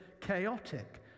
chaotic